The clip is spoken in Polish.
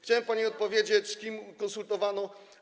Chciałem pani odpowiedzieć, z kim konsultowano.